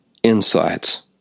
insights